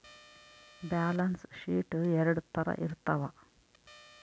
balance sheet ಎರಡ್ ತರ ಇರ್ತವ